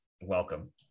welcome